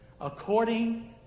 according